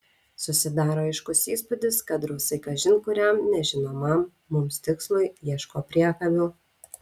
susidaro aiškus įspūdis kad rusai kažin kuriam nežinomam mums tikslui ieško priekabių